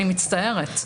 אני מצטערת.